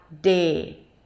day